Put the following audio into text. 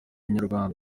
inyarwanda